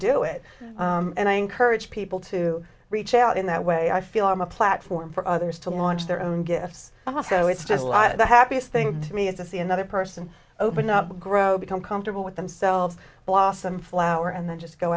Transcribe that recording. do it and i encourage people to reach out in that way i feel i'm a platform for others to launch their own gifts but also it's just a lot of the happiest thing to me is to see another person open up and grow become comfortable with themselves blossom flower and then just go